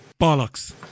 Bollocks